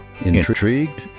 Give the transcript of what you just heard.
intrigued